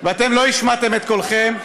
ואתם לא השמעתם את קולכם,